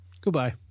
Goodbye